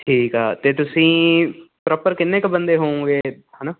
ਠੀਕ ਆ ਅਤੇ ਤੁਸੀਂ ਪ੍ਰੋਪਰ ਕਿੰਨੇ ਕੁ ਬੰਦੇ ਹੋਂਗੇ ਹੈ ਨਾ